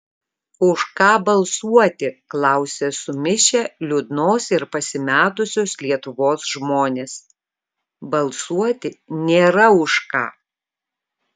už ką balsuoti klausia sumišę liūdnos ir pasimetusios lietuvos žmonės balsuoti nėra už ką